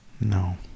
No